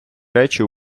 речі